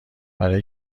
برای